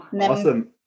Awesome